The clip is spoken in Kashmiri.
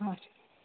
اَچھا